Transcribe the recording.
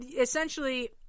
essentially